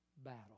battle